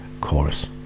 Chorus